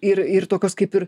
ir ir tokios kaip ir